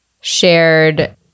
shared